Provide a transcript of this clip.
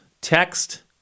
text